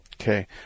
Okay